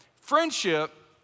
friendship